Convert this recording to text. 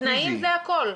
תנאים זה הכול.